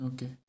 Okay